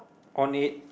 on it